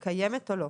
קיימת או לא?